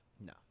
No